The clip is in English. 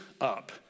up